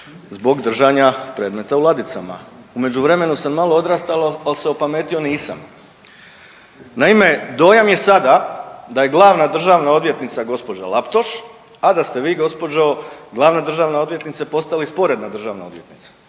zbog držanja predmeta u ladicama. U međuvremenu sam malo odrastao ali se opametio nisam. Naime, dojam je sada da je Glavna državna odvjetnica gospođa Laptoš, a da ste vi gospođo Glavna državna odvjetnice postali sporedna Državna odvjetnica,